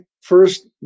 first